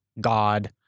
God